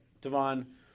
Devon